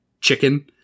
chicken